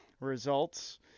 results